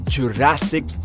Jurassic